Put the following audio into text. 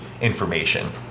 information